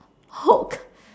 hook